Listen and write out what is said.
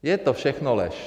Je to všechno lež.